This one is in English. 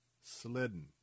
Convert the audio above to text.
slidden